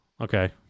okay